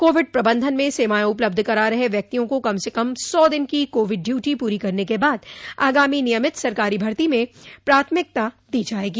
Covid प्रबंधन में सेवाएं उपलब्ध करा रहे व्यक्तियों को कम से कम सौ दिन की कोविड ड्यूटी पूरी करने के बाद आगामी नियमित सरकारी भर्ती म प्राथमिकता दी जाएगी